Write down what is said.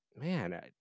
man